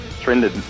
trended